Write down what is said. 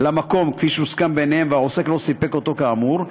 למקום שהוסכם ביניהם והעוסק לא סיפק אותו כאמור,